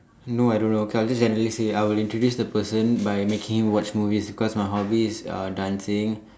no I don't know okay I'll just generally say I will introduce the person by making him watch movies because my hobby is uh dancing